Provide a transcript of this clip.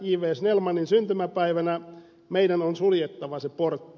snellmanin syntymäpäivänä meidän on suljettava se portti